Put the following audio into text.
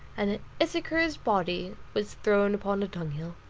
and issachar's body was thrown upon a dunghill.